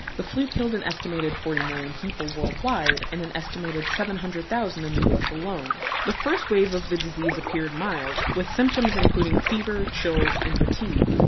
the flu killed an estimated forty million people worldwide and an estimated seven hundred thousand in the us alone. the first wave of the disease appeared mild, with symptoms including fever, chills and fatigue.